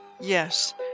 Yes